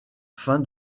fin